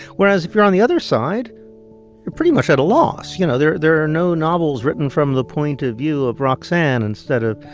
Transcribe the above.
whereas if you're on the other side, you're pretty much at a loss. you know, there there are no novels written from the point of view of roxane instead of,